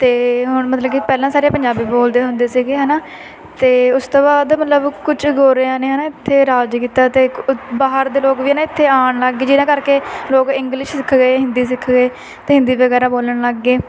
ਅਤੇ ਹੁਣ ਮਤਲਬ ਕਿ ਪਹਿਲਾਂ ਸਾਰੇ ਪੰਜਾਬੀ ਬੋਲਦੇ ਹੁੰਦੇ ਸੀਗੇ ਹੈ ਨਾ ਅਤੇ ਉਸ ਤੋਂ ਬਾਅਦ ਮਤਲਬ ਕੁਝ ਗੋਰਿਆਂ ਨੇ ਹੈ ਨਾ ਇੱਥੇ ਰਾਜ ਕੀਤਾ ਅਤੇ ਬਾਹਰ ਦੇ ਲੋਕ ਵੀ ਹੈ ਨਾ ਇੱਥੇ ਆਉਣ ਲੱਗ ਗਏ ਜਿਹਨਾਂ ਕਰਕੇ ਲੋਕ ਇੰਗਲਿਸ਼ ਸਿੱਖ ਗਏ ਹਿੰਦੀ ਸਿੱਖ ਗਏ ਅਤੇ ਹਿੰਦੀ ਵਗੈਰਾ ਬੋਲਣ ਲੱਗ ਗਏ